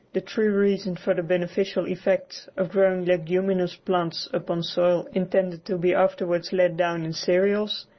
the true reason for the beneficial effects of growing leguminous plants upon soil intended to be afterwards laid down in cereals,